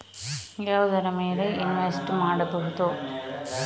ಯಾವುದರ ಮೇಲೆ ಇನ್ವೆಸ್ಟ್ ಮಾಡಬಹುದು?